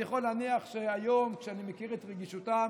אני יכול להניח שהיום, כשאני מכיר את רגישותם